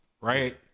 right